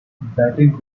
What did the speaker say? batting